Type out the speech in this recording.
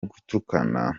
gutukana